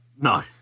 no